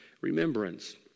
remembrance